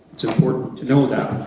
it's important to know that.